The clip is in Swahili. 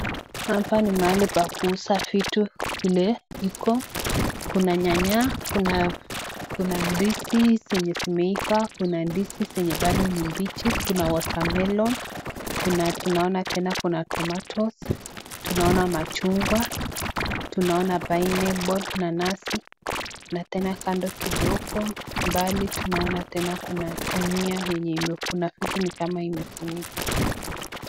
Hapa ni mahali pa kuuza vitu vile iko. Kuna nyanya, kuna ndizi zenye zimeiva, kuna ndizi zenye bado ni mbichi, kuna watermelon , kuna tunaona tena kuna tomatoes , tunaona machungwa, tunaona pineapple , nanasi na tena kando kidogo mbali tunaona tena kuna gunia yenye ime kuna vitu ni kama imefunikwa.